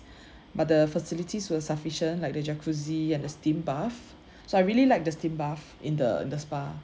but the facilities were sufficient like the jacuzzi and the steam bath so I really liked the steam bath in the in the spa